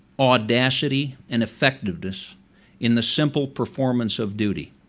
audacity and effectiveness in the simple performance of duty.